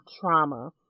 trauma